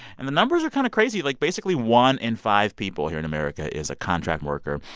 and the numbers are kind of crazy. like, basically, one in five people here in america is a contract worker.